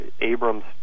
Abrams